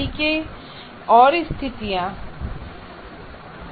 तरीके हैं और स्थितियां हैं